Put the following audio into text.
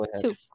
two